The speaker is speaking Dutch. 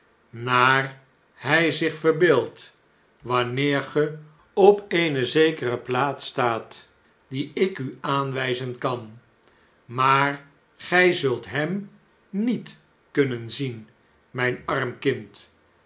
naar hjj zich verbeeldt wanneer ge op eene zekere plaats staat die ik u aanwjjzen kan maar gjj zult hem niet kunnen zien mijn arm kind